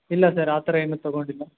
ಇಲ್ಲ ಸರ್ ಆ ಥರ ಏನು ತೊಗೊಂಡಿಲ್ಲ